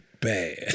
bad